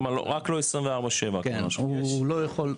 כלומר, רק לא 24/7. כן, הוא לא יכול.